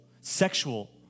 Sexual